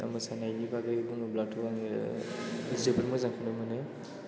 आं मोसानायनि बागै बुङोब्लाथ' आङो जोबोर मोजांखौनो मोनो